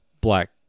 Black